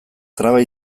traba